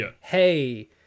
hey